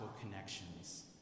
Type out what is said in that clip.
connections